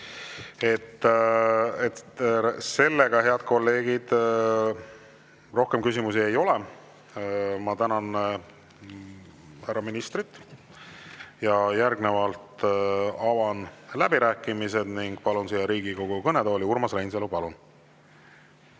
anda. Head kolleegid, rohkem küsimusi ei ole. Ma tänan härra ministrit. Järgnevalt avan läbirääkimised ning palun siia Riigikogu kõnetooli Urmas Reinsalu. Palun!